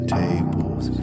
tables